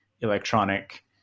electronic